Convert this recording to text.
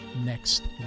next